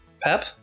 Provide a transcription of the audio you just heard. Pep